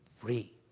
free